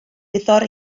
wyddor